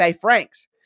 Franks